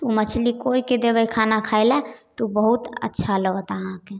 ओ मछली कोइके देबै खाना खाइलए तऽ बहुत अच्छा लगत अहाँके